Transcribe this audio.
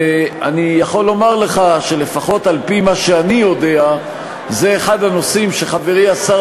אני יכול לומר לך שלפחות על-פי מה שאני יודע זה אחד הנושאים שחברי השר